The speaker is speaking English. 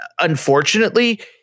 unfortunately